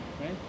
right